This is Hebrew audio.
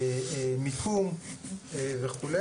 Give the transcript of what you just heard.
מיקום וכו'.